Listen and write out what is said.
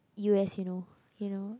u_s you know you know